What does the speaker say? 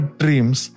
dreams